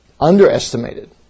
underestimated